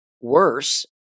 Worse